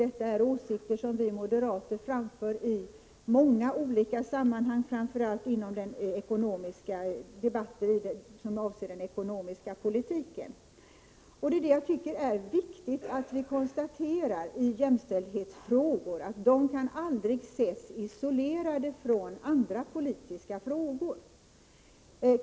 Detta är åsikter som vi moderater framför i många olika sammanhang, framför allt i de sammanhang då den ekonomiska politiken debatteras. Det är viktigt att konstatera att jämställdhetsfrågor aldrig kan ses isolerade från andra politiska frågor.